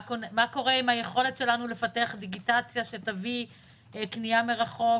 מה קורה עם היכולת שלנו לפתח דיגיטציה שתביא קנייה מרחוק,